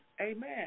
Amen